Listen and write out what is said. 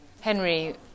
Henry